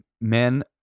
men